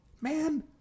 man